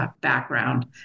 background